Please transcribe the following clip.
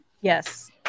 Yes